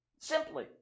simply